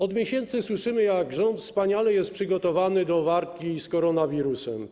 Od miesięcy słyszymy, jak rząd jest wspaniale przygotowany do walki z koronawirusem.